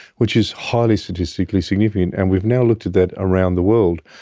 which is highly statistically significant. and we've now looked at that around the world.